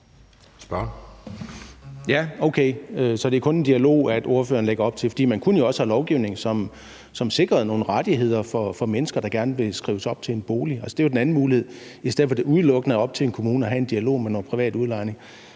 Ja, okay – så det er kun en dialog, ordføreren lægger op til. For man kunne jo også have lovgivning, som sikrede nogle rettigheder for mennesker, der gerne vil skrives op til en bolig. Det er jo den anden mulighed, i stedet for at det udelukkende er op til en kommune at have en dialog med nogle private udlejere.